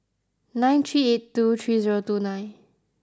nine three eight two three zero two nine